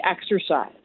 exercise